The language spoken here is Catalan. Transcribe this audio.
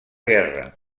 guerra